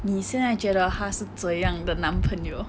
你现在觉得他是怎样的男朋友